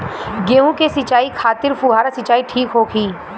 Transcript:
गेहूँ के सिंचाई खातिर फुहारा सिंचाई ठीक होखि?